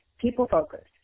people-focused